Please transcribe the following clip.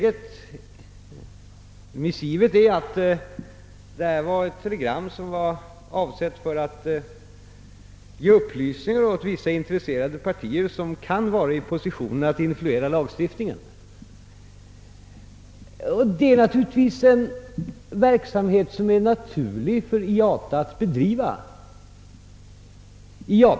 Av det missiv som åtföljde mitt exemplar framgår det, att avsikten med detta telegram var att ge upplysningar åt intresserade partier, som kunde vara i den positionen att de kan ha ett inflytande på lagstiftningen. Det är givetvis naturligt för IATA att bedriva en sådan verksamhet.